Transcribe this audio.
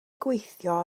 gweithio